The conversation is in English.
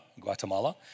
Guatemala